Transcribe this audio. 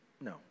no